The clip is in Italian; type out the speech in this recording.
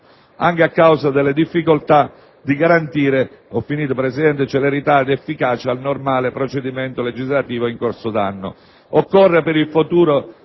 anche a causa delle difficoltà di garantire celerità ed efficacia al normale procedimento legislativo in corso d'anno.